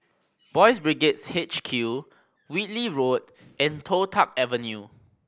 Boys' Brigade H Q Whitley Road and Toh Tuck Avenue